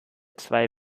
zwei